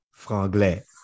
Franglais